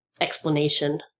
explanation